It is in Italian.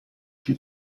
più